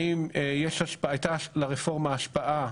האם הייתה לרפורמה השפעה,